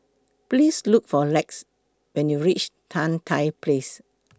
Please Look For Lex when YOU REACH Tan Tye Place